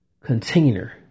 container